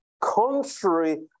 contrary